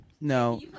No